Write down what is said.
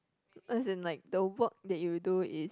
as in like the work that you do is